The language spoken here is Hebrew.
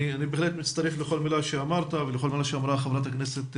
אני בהחלט מצטרף לכל מילה שאמרת ולכל מילה שאמרה חברת הכנסת,